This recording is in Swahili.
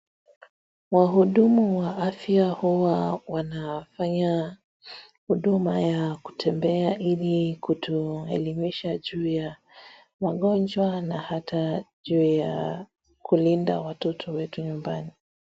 Wahudumu wa afya huwa wanafanya huduma ya kutembea ili kutuelimisha juu ya magonjwa hata ju ya kuelemisha watoto wetu nyumbani.